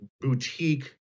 boutique